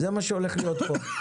זה מה שהולך להיות פה.